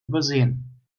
übersehen